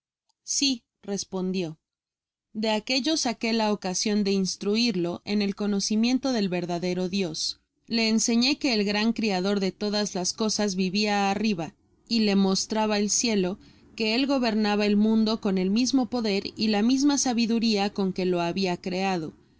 si respondió de aquello saqué la ocasion de instruirlo en el conocimiento del verdadero dios le enseñé que el gran criador de to das las cosas vivia arriba y le mostraba el cielo que él gobernaba el mundo con el mismo poder y la misma sabiduria con que lo habia creado